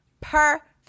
Perfect